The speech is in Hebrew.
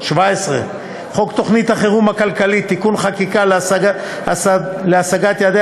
17. חוק תוכנית החירום הכלכלית (תיקוני חקיקה להשגת יעדי